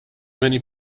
many